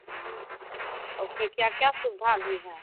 हाँ और उसमें क्या क्या सुविधा भी है